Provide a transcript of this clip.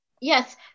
Yes